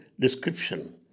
description